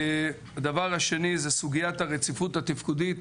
דבר שני זה סוגיית הרציפות התפקודית.